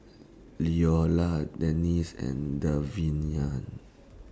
Leola Dennie's and